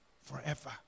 forever